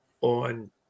on